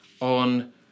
on